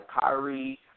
Kyrie